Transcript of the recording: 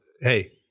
hey